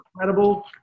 incredible